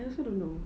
I also don't know